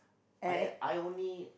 I I only